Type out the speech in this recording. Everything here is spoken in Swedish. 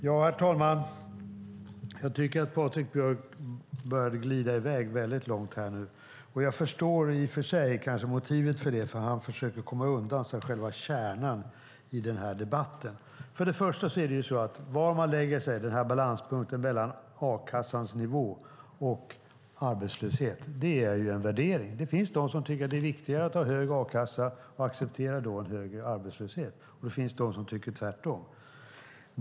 Herr talman! Jag tycker att Patrik Björck började glida i väg mycket långt nu. Jag förstår i och för sig kanske motivet för det. Han försöker komma undan själva kärnan i denna debatt. Först och främst är det så att var man lägger denna balanspunkt mellan a-kassans nivå och arbetslöshet är en värdering. Det finns de som tycker att det är viktigare att ha hög a-kassa och accepterar då en högre arbetslöshet, och det finns de som tycker tvärtom.